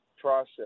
process